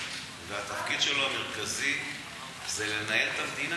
והתפקיד המרכזי שלו הוא לנהל את המדינה.